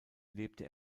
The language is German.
lebte